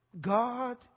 God